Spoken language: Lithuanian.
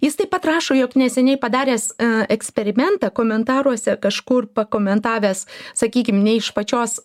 jis taip pat rašo jog neseniai padaręs eksperimentą komentaruose kažkur pakomentavęs sakykim ne iš pačios